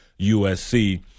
USC